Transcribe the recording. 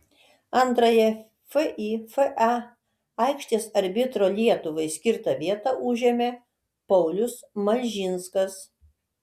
antrąją fifa aikštės arbitro lietuvai skirtą vietą užėmė paulius malžinskas